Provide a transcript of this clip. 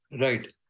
Right